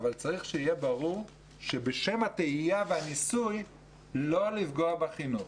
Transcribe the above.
צריך שיהיה ברור שבשם הניסוי והטעייה לא לפגוע בחינוך.